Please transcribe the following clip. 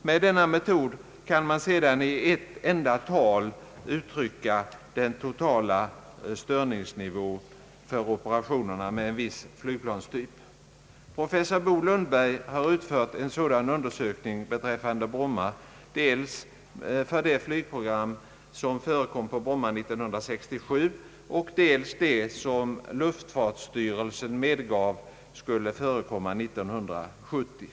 Med den metoden kan man i ett enda tal uttrycka den totala störningsnivån för operationerna med en viss flygplantyp. fört en sådan undersökning beträffande Bromma, dels för det flygprogram som förekom på Bromma 1967, dels för det program som luftfartsstyrelsen medgav för 1970.